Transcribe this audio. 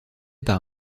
par